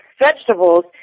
vegetables